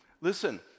Listen